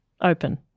Open